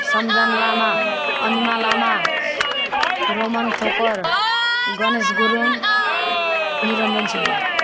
Samjhana Lama Anima Lama Roman Thokar Ganesh Gurung Niranjan Subba